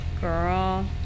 Girl